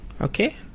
okay